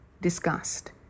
discussed